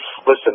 Listen